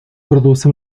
produce